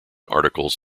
articles